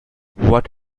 what